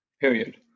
Period